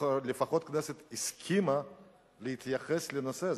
לפחות הכנסת הסכימה להתייחס לנושא הזה.